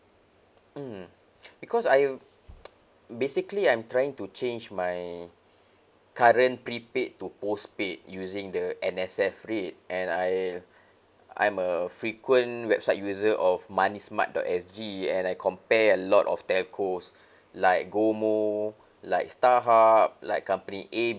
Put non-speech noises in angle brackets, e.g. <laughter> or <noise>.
mm <breath> because I <noise> basically I'm trying to change my <breath> current prepaid to postpaid using the N_S_F rate and I <breath> I'm a frequent website user of money smart dot S_G and I compare a lot of telcos <breath> like GOMO like Starhub like company A